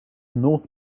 north